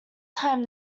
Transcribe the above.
time